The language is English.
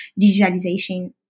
digitalization